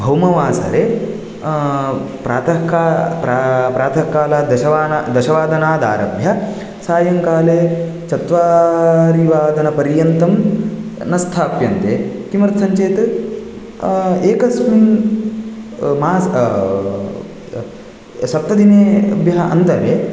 भौमवासरे प्रातः प्र प्रातःकाल दशवान दशवादनादारभ्य सायङ्कले चत्वारिवादनपर्यन्तं न स्थाप्यन्ते किमर्थं चेत् एकस्मिन् मास सप्तदिनेभ्यः अन्तरे